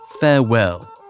farewell